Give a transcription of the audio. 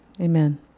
Amen